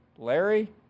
Larry